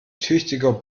tüchtiger